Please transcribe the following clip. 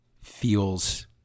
feels